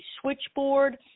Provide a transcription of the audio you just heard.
switchboard